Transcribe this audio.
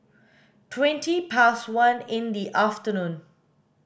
twenty past one in the afternoon